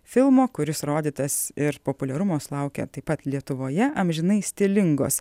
filmo kuris rodytas ir populiarumo sulaukė taip pat lietuvoje amžinai stilingos